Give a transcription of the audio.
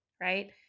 right